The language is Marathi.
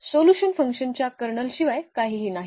सोल्यूशन F च्या कर्नलशिवाय काहीही नाही